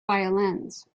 violins